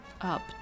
Up